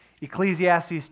Ecclesiastes